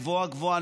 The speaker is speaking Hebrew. גבוהה-גבוהה,